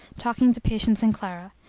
talking to patience and clara,